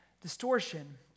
distortion